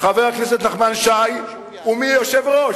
חבר הכנסת נחמן שי, הוא מי יהיה יושב-ראש.